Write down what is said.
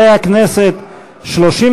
הצעת סיעות